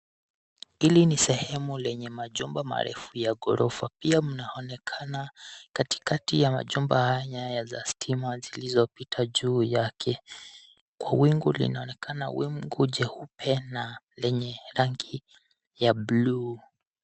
Hili ni sehemu lenye majumba marefu ya ghorofa, pia mnaonekana katikati ya majumba haya nyaya za stima zilizopita juu ya yake. Kwa wingu linaonekana, wingu jeupe na lenye rangi ya buluu.